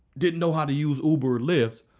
didn't know how to use uber or lyft,